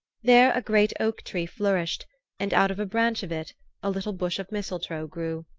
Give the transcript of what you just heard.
there a great oak tree flourished and out of a branch of it a little bush of mistletoe grew.